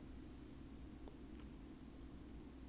no is always the same few people